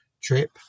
trip